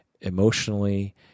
emotionally